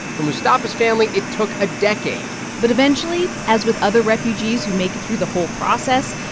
for mustafa's family, it took a decade but eventually, as with other refugees who make it through the whole process,